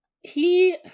he-